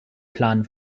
plan